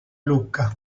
lucca